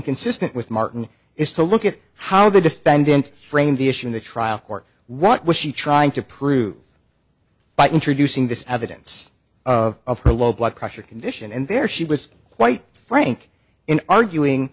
inconsistent with martin is to look at how the defendant framed the issue in the trial court what was she trying to prove by introducing this evidence of her low blood pressure condition and there she was quite frank in arguing